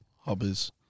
Hobbies